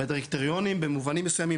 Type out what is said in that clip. במובנים מסויימים,